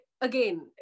again